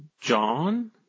John